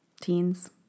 teens